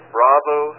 Bravo